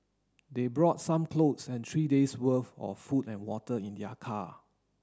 they brought some clothes and three days' worth of food and water in their car